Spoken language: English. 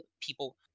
people